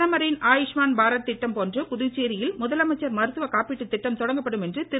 பிரதமரின் ஆயுஷ்மான் பாரத் திட்டம் போன்று புதுச்சேரியில் முதலமைச்சர் மருத்துவக் காப்பீட்டு திட்டம் தொடங்கப்படும் என திரு